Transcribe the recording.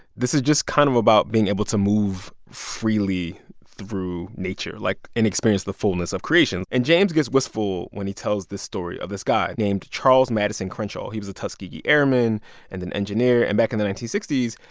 this is just kind of about being able to move freely through nature, like, and experience the fullness of creation. and james gets wistful when he tells this story of this guy named charles madison crenchaw. he was a tuskegee airman and an engineer. and back in the nineteen sixty s,